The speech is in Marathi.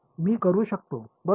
मी करू शकतो बरोबर